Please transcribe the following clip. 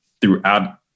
throughout